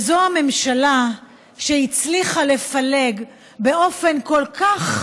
וזאת הממשלה שהצליחה לפלג באופן כל כך